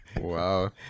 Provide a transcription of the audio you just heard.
Wow